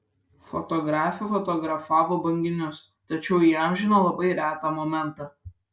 fotografė fotografavo banginius tačiau įamžino labai retą momentą